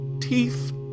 Teeth